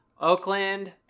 Oakland